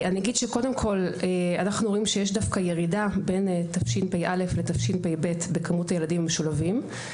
אנחנו רואים שיש דווקא ירידה בין תשפ"א לתשפ"ב בכמות הילדים המשולבים,